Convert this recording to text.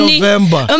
November